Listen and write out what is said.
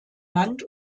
land